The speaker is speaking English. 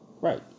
Right